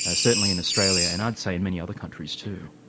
ah certainly in australia, and i'd say in many other countries too.